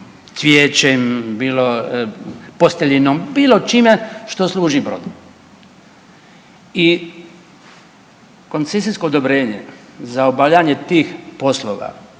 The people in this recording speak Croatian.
cvijećem, bilo posteljinom bilo čime što služi brodu. I koncesijsko odobrenje za obavljanje tih poslova